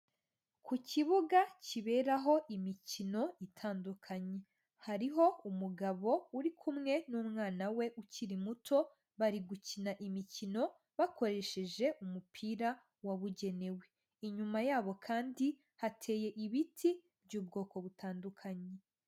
Ku kibuga kiberaho imikino itandukanye hariho umugabo uri kumwe n'umwana we ukiri muto, bari gukina imikino bakoresheje umupira wabugenewe, inyuma yabo kandi hateye ibiti by'ubwoko butandukanye.